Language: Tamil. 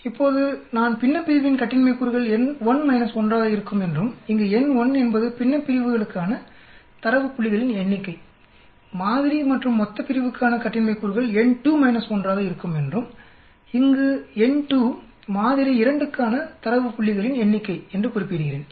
இப்போது நான் பின்னப்பிரிவின் கட்டின்மை கூறுகள் n1 1 ஆக இருக்கும் என்றும் இங்கு n1 என்பது பின்னப்பிரிவுகளுக்கான தரவு புள்ளிகளின் எண்ணிக்கைமாதிரி மற்றும் மொத்தப்பிரிவுக்கான கட்டின்மை கூறுகள் n2 - 1 ஆக இருக்கும் என்றும் இங்கு n2 மாதிரி 2 க்கான தரவு புள்ளிகளின் எண்ணிக்கை என்று குறிப்பிடுகிறேன்